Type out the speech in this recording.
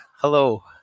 Hello